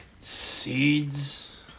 seeds